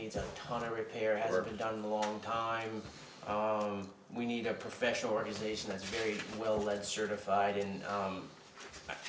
needs a ton of repair have been done long time we need a professional organization that's very well led certified in